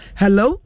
hello